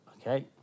okay